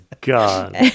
God